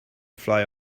fly